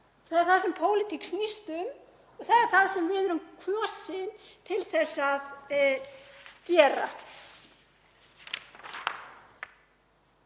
Það er það sem pólitík snýst um og það er það sem við erum kosin til að gera.